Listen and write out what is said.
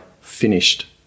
finished